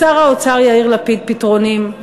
לשר האוצר יאיר לפיד פתרונים,